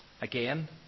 Again